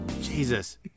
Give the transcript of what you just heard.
Jesus